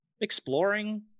exploring